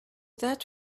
that